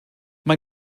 mae